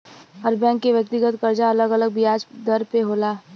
हर bank के व्यक्तिगत करजा अलग अलग बियाज दर पे होला